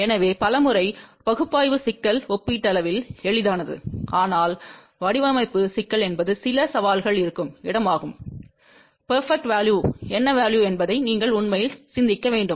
எனவே பல முறை பகுப்பாய்வு சிக்கல் ஒப்பீட்டளவில் எளிதானது ஆனால் வடிவமைப்பு சிக்கல் என்பது சில சவால்கள் இருக்கும் இடமாகும் பெற்பக்ட் வேல்யு என்ன வேல்யு என்பதை நீங்கள் உண்மையில் சிந்திக்க வேண்டும்